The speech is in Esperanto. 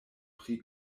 pri